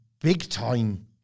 big-time